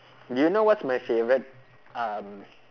do you know what's my favourite um